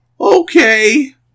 okay